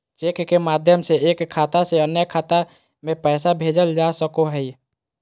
cheque के माध्यम से एक खाता से अन्य खाता में पैसा भेजल जा सको हय